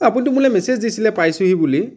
এই আপুনিটো মোলে মেছেজ দিছিলে পাইছোঁহি বুলি